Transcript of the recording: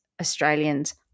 Australians